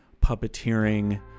puppeteering